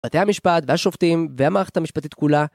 בתי המשפט והשופטים והמערכת המשפטית כולה